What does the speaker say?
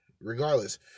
regardless